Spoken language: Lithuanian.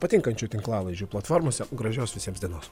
patinkančių tinklalaidžių platformose gražios visiems dienos